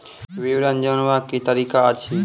विवरण जानवाक की तरीका अछि?